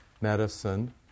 medicine